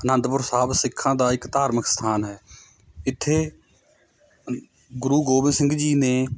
ਆਨੰਦਪੁਰ ਸਾਹਿਬ ਸਿੱਖਾਂ ਦਾ ਇੱਕ ਧਾਰਮਿਕ ਸਥਾਨ ਹੈ ਇੱਥੇ ਗੁਰੂ ਗੋਬਿੰਦ ਸਿੰਘ ਜੀ ਨੇ